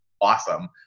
awesome